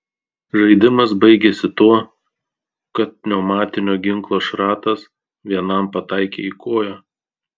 žaidimas baigėsi tuo kad pneumatinio ginklo šratas vienam pataikė į koją